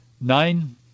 nine